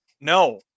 no